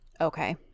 Okay